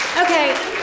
okay